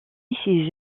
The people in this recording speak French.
ses